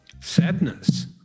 Sadness